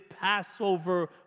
Passover